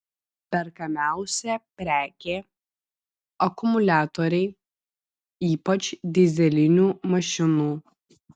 perkamiausia prekė akumuliatoriai ypač dyzelinių mašinų